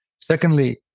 Secondly